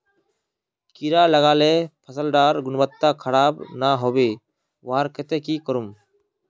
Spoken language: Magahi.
कीड़ा लगाले फसल डार गुणवत्ता खराब ना होबे वहार केते की करूम?